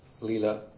Lila